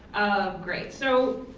great. so